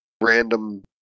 random